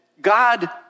God